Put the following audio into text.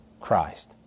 Christ